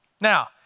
Now